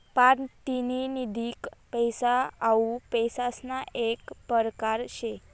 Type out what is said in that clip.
पारतिनिधिक पैसा हाऊ पैसासना येक परकार शे